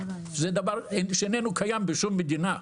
זה דבר שאינו קיים בשום מדינה.